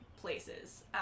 places